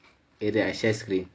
இரு:iru I share screen